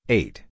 eight